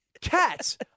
Cats